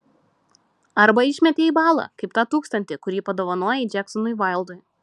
arba išmetei į balą kaip tą tūkstantį kurį padovanojai džeksonui vaildui